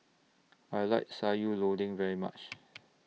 I like Sayur Lodeh very much